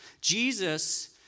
Jesus